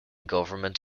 government